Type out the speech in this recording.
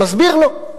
מסביר לו.